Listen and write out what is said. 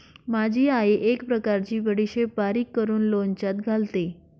माझी आई एक प्रकारची बडीशेप बारीक करून लोणच्यात घालते